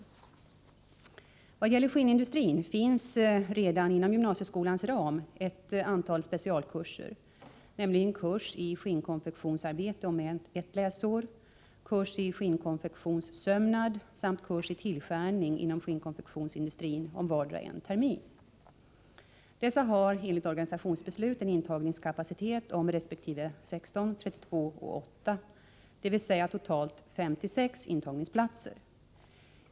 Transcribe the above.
I vad gäller skinnindustrin finns redan inom gymnasieskolans ram ett antal specialkurser, nämligen kurs i skinnkonfektionsarbete om ett läsår, kurs i skinnkonfektionssömnad samt kurs i tillskärning inom skinnkonfektionsindustrin om vardera en termin. Dessa har enligt organisationsbeslut en intagningskapacitet om 16, 32 resp. 8, dvs. totalt 56, intagningsplatser.